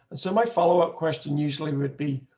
so my follow up question usually would be.